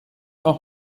auch